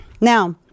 Now